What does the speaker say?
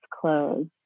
clothes